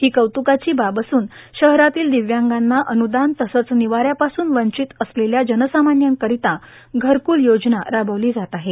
ह कौतुकाची बाब असून शहरातील द यांगांना अनूदान तसंच निवा यापासून वंचित असले या जनसामा यांक रता घरकूल योजना राबवली जात आहे